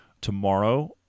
Tomorrow